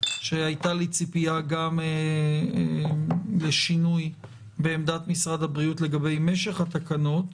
שהייתה לי ציפייה גם לשינוי בעמדת משרד הבריאות לגבי משך התקנות.